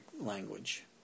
language